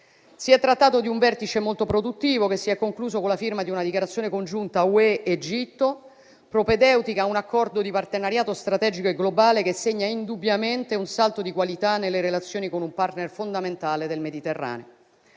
Si è trattato di un vertice molto produttivo che si è concluso con la firma di una dichiarazione congiunta UE-Egitto, propedeutica a un accordo di partenariato strategico e globale che segna indubbiamente un salto di qualità nelle relazioni con un *partner* fondamentale del Mediterraneo.